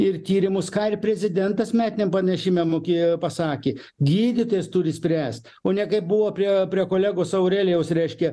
ir tyrimus ką ir prezidentas metiniam pranešime mokė pasakė gydytojas turi spręst o ne kaip buvo priėjo prie kolegos aurelijaus reiškia